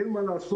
אין מה לעשות,